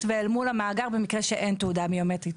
ואל מול המאגר במקרה שאין תעודה ביומטרית.